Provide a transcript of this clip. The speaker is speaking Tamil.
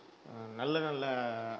நல்ல நல்ல